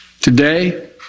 Today